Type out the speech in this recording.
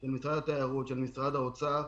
של משרד התיירות, של משרד האוצר.